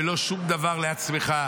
ללא שום דבר לעצמך,